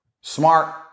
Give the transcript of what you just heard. Smart